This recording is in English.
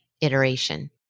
iteration